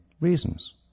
reasons